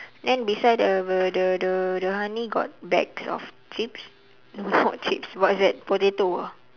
then beside the the the the the honey got bags of chips not chips what is that potato ah